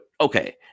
okay